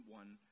one